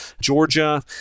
Georgia